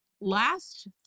last